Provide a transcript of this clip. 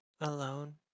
alone